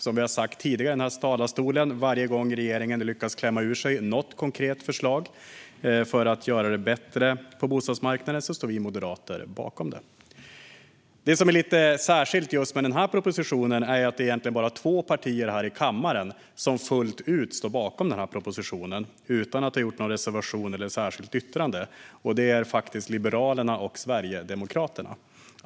Som vi har sagt tidigare i denna talarstol: Varje gång regeringen lyckas klämma ur sig något konkret förslag för att göra det bättre på bostadsmarknaden står vi moderater bakom det. Det som är lite speciellt med just denna proposition är att det egentligen är bara två partier här i kammaren som fullt ut står bakom den, utan att ha reserverat sig eller gjort några särskilda yttranden, och det är faktiskt Liberalerna och Sverigedemokraterna.